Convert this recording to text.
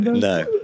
No